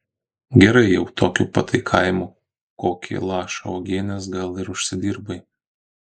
gerai jau tokiu pataikavimu kokį lašą uogienės gal ir užsidirbai